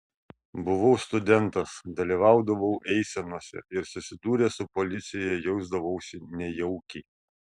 buvau studentas dalyvaudavau eisenose ir susidūręs su policija jausdavausi nejaukiai